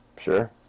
Sure